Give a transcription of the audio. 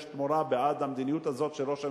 יש תמורה בעד המדיניות הזאת של ראש הממשלה.